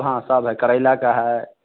हाँ सब है करेला का है